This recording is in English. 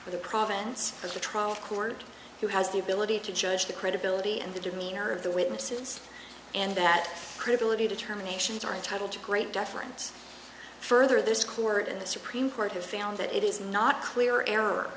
for the province of the trial court who has the ability to judge the credibility and the demeanor of the witnesses and that credibility determinations are entitled to great deference further this court in the supreme court has found that it is not clear error